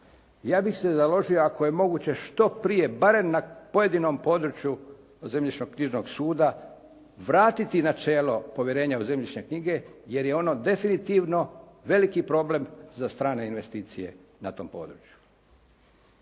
Ja bih se založio ako je moguće što prije, barem na pojedinom području Zemljišno-knjižnog suda vratiti načelo povjerenja u zemljišne knjige jer je ono definitivno veliki problem za strane investicije na tom području.